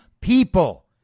people